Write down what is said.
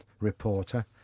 reporter